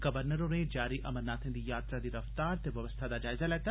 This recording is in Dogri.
गवर्नर होरें जारी अमरनाथें दी यात्रा दी रफ्तार ते व्यवस्था दा जायजा लैता